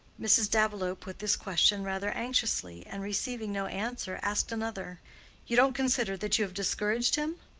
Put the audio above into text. mrs. davilow put this question rather anxiously, and receiving no answer, asked another you don't consider that you have discouraged him?